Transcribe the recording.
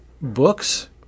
books